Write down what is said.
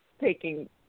taking